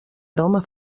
aroma